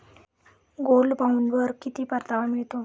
Gold बॉण्डवर किती परतावा मिळतो?